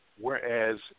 whereas